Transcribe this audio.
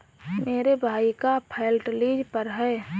मेरे भाई का फ्लैट लीज पर है